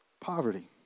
poverty